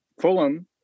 fulham